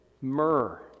myrrh